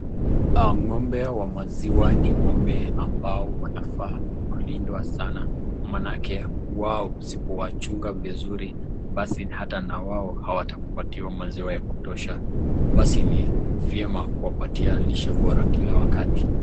Ngombe wa maziwa ni ngombe ambao wanafaa kulindwa sana maanake huwa usipowachunga vizuri basi ata na wao hawatakupatia maziwa ya kutosha, basi ni vyema kuwapatia lishe bora kila wakati.